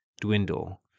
dwindle